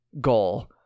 goal